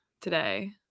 today